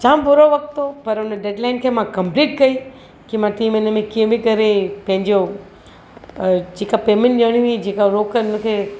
जामु बुरो वक़्तु हो पर हुन डेड लाइन खे मां कंप्लीट कई की मां टीं महिने में कीअं बि करे मां पंहिंजो जेका पेमेंट ॾियणी हुई जेका रोक मूंखे